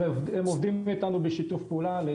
הם עובדים איתנו בשיתוף פעולה על